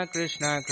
Krishna